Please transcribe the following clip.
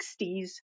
60s